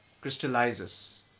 crystallizes